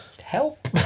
Help